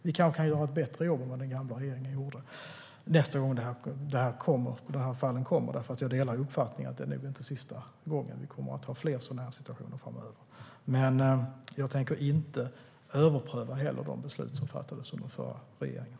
Vi kanske kan göra ett bättre jobb än vad den gamla regeringen gjorde nästa gång de här fallen kommer, för jag delar uppfattningen att det nog inte är sista gången. Vi kommer att ha fler sådana här situationer framöver, men jag tänker inte överpröva de beslut som fattades under den förra regeringen.